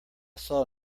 saw